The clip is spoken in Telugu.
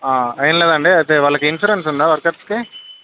ఏమి లేదండి అయితే వాళ్ళకి ఇన్సూరెన్స్ ఉందా వర్కర్స్కి